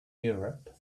europe